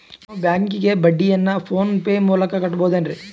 ನಾವು ಬ್ಯಾಂಕಿಗೆ ಬಡ್ಡಿಯನ್ನು ಫೋನ್ ಪೇ ಮೂಲಕ ಕಟ್ಟಬಹುದೇನ್ರಿ?